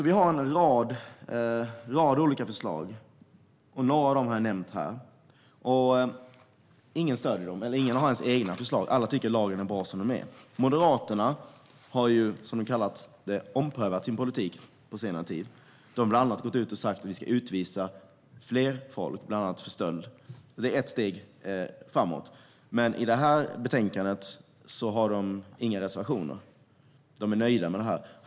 Vi har alltså en rad olika förslag, och jag har nämnt några av dem. Ingen stöder dem, och ingen har ens egna förslag. Alla tycker att lagen är bra som den är. Moderaterna har ju, som det har kallats, omprövat sin politik på senare tid. Man har till exempel gått ut och sagt att vi ska utvisa fler, bland annat för stöld. Det är ett steg framåt, men i det här betänkandet har man inga reservationer. Man är nöjd med detta.